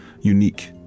unique